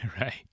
right